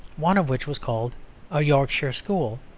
one of which was called a yorkshire school,